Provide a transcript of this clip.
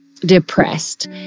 depressed